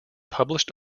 published